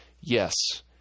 yes